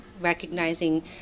recognizing